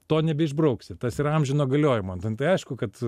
to nebeišbrauksi tas yra amžino galiojimo nu tai aišku kad